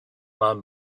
man